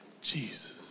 Jesus